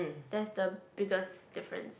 that's the biggest difference